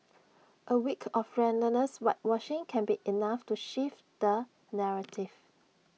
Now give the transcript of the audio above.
A week of relentless whitewashing can be enough to shift the narrative